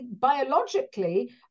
biologically